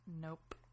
Nope